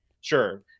Sure